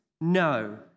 No